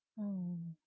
mm